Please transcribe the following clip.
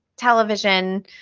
television